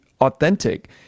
authentic